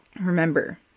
Remember